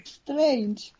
strange